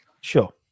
Sure